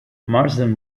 marsden